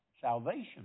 salvation